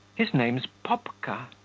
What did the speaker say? his name's popka